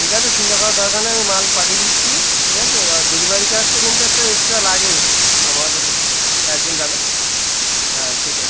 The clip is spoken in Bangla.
ঠিক আছে চিন্তা করার দরকার নেই আমি মাল পাঠিয়ে দিচ্ছি ঠিক আছে আর ডেলিভারি চার্জটা কিন্তু একটা এক্সট্রা লাগে আমাদের একজন যাবে হ্যাঁ ঠিক আছে